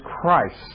Christ